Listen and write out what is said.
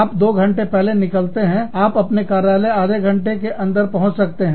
आप दो घंटे पहले निकलते हैं आप अपने कार्यालय आधे घंटे के अंदर पहुंच सकते हैं